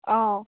অঁ